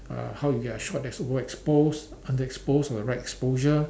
uh how you get a shot that's overexposed underexposed at the right exposure